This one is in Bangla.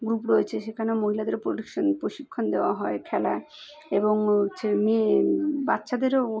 গ্রুপ রয়েছে সেখানে মহিলাদের প্রোটেকশান প্রশিক্ষণ দেওয়া হয় খেলা এবং ছে মেয়ে বাচ্চাদেরও